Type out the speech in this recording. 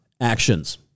actions